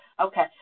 Okay